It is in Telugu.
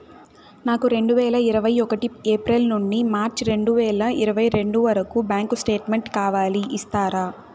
నాకు రెండు వేల ఇరవై ఒకటి ఏప్రిల్ నుండి మార్చ్ రెండు వేల ఇరవై రెండు వరకు బ్యాంకు స్టేట్మెంట్ కావాలి ఇస్తారా